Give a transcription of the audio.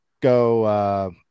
go